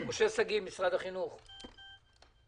משה שגיא ממשרד החינוך, בבקשה.